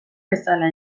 bezala